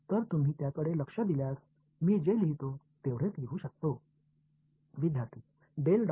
மாணவர் Del dot del dot g 1 phi